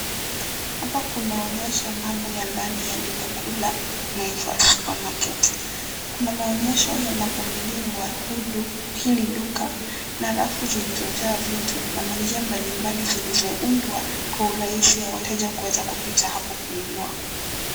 Hapa kunaonyesha mambo ya ndani ya duka kuu la Naivas supermarket kuna maonyesho ya mapangilio wa hudu hili duka na rafu zilizo jaa vitu na manjia mbali mbali zilizo undwa kwa urahisi ya wateja kuweza kupita hapo kununua.